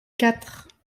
quatre